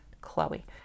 Chloe